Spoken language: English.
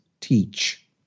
teach